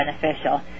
beneficial